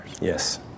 Yes